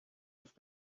have